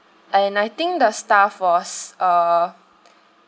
and I think the staff was uh